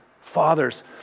fathers